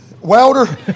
welder